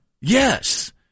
Yes